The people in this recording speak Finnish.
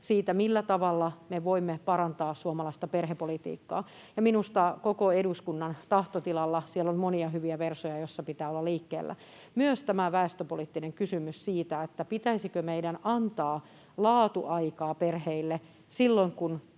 siitä, millä tavalla me voimme parantaa suomalaista perhepolitiikkaa. Minusta koko eduskunnan tahtotilalla siellä on monia hyviä versoja, joissa pitää olla liikkeellä, myös tämä väestöpoliittinen kysymys siitä, pitäisikö meidän antaa laatuaikaa perheille silloin, kun